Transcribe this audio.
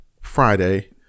Friday